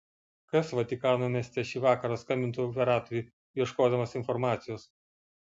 kas vatikano mieste šį vakarą skambintų operatoriui ieškodamas informacijos